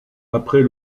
après